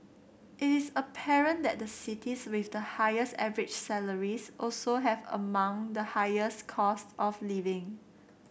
it is apparent that the cities with the highest average salaries also have among the highest cost of living